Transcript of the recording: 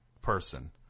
person